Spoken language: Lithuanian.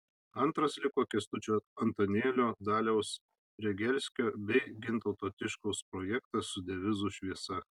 antras liko kęstučio antanėlio daliaus regelskio bei gintauto tiškaus projektas su devizu šviesa